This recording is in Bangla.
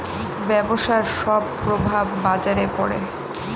ব্যবসার সব প্রভাব বাজারে পড়ে